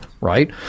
Right